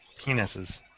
Penises